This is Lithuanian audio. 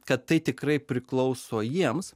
kad tai tikrai priklauso jiems